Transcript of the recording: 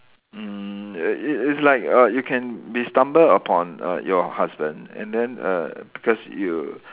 mm it it it's like err you can be stumble upon err your husband and then err because you